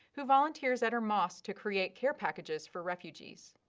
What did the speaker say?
who volunteers at her mosque to create care packages for refugees.